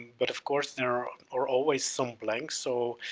but of course there are are always some blanks so,